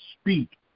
speak